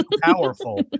powerful